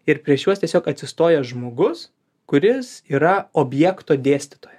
ir prieš juos tiesiog atsistoja žmogus kuris yra objekto dėstytojas